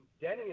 Denny